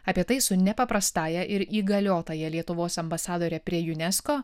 apie tai su nepaprastąja ir įgaliotąja lietuvos ambasadore prie unesco